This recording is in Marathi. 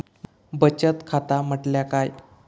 बचत खाता म्हटल्या काय?